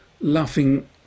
laughing